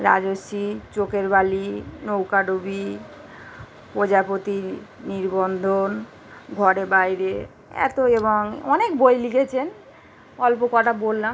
রাজর্ষি চোখের বালি নৌকাডুবি প্রজাপতির নির্বন্ধ ঘরে বাইরে এতো এবং অনেক বই লিখেছেন অল্প কটা বললাম